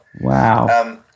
Wow